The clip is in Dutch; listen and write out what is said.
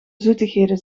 zoetigheden